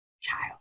child